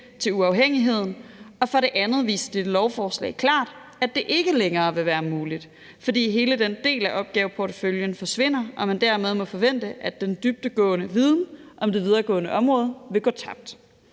til uafhængigheden, og for det andet viser dette lovforslag klart, at det ikke længere vil være muligt, fordi hele den del af opgaveporteføljen forsvinder og man dermed må forvente, at den dybdegående viden om det videregående område vil gå tabt.